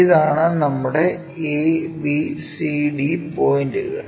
ഇതാണ് നമ്മുടെ A B C D പോയിന്റുകൾ